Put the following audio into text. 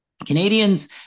Canadians